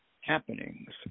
happenings